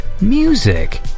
music